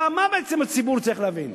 מה הציבור צריך להבין?